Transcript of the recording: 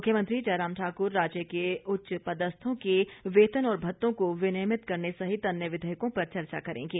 मुख्यमंत्री जयराम ठाक्र राज्य के उच्चपदस्थों के वेतन और भत्तों को विनियमित करने सहित अन्य विधेयकों पर चर्चा करेंगे